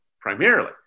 primarily